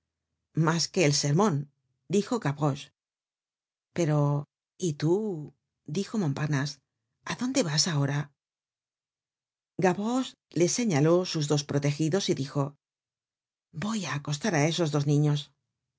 mas que el sermon añadió gavroche pero y tú dijo montparnase á dónde vas ahora gavroche le señaló sus dos protegidos y dijo voyá acostar á esos niños a